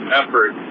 effort